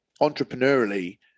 entrepreneurially